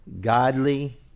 godly